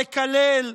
לקלל,